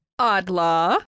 Oddlaw